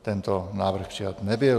Tento návrh přijat nebyl.